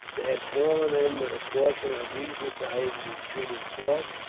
they had fallen in with a portion of riza sahib's retreating force,